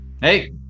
Hey